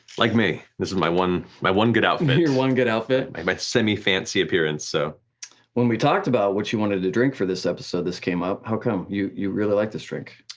like me, this is my one my one good outfit. your one good outfit? my semi-fancy appearance. so when we talked about what you wanted to drink for this episode this came up, how come, you you really like this drink?